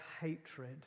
hatred